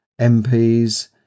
MPs